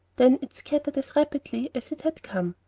then it scattered as rapidly as it had come,